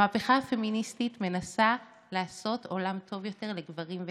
המהפכה הפמיניסטית מנסה לעשות עולם טוב יותר לגברים ולנשים,